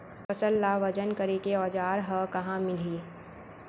फसल ला वजन करे के औज़ार हा कहाँ मिलही?